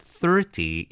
thirty